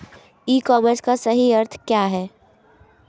ई commerce का सही अर्थ क्या है?